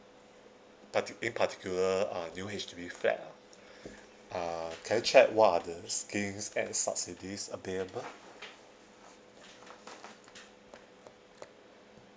parti~ in particular uh new H_D_B flat ah uh can I check what are the schemes and subsidies available